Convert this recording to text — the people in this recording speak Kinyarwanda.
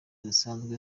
zisanzwe